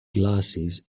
glasses